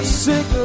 sick